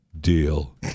Deal